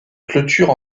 clôture